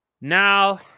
Now